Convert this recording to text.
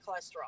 cholesterol